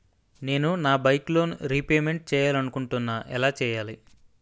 నేను నా bike loan repayment చేయాలనుకుంటున్నా ఎలా చేయాలి?